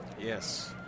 Yes